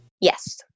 Yes